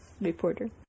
reporter